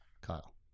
Kyle